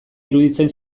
iruditzen